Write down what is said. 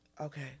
Okay